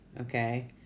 okay